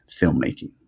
filmmaking